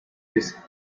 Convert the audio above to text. this